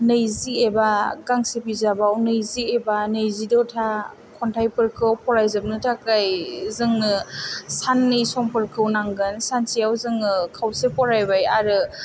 नैजि एबा गांसे बिजाबाव नैजि एबा नैजिद' था खन्थाइफोरखौ फरायजोबनो थाखाय जोंनो साननै समफोरखौ नांगोन सानसेयाव जोङो खावसे फरायबाय आरो